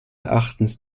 erachtens